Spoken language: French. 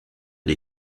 des